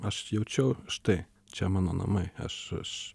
aš jaučiau štai čia mano namai aš aš